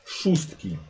szóstki